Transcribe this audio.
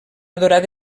adorar